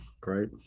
great